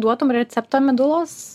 duotum receptą medulos